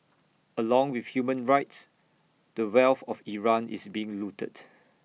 along with human rights the wealth of Iran is being looted